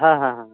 ᱦᱮ ᱦᱮ ᱦᱮᱸᱻ